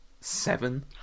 seven